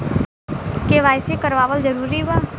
KYC करवावल जरूरी बा?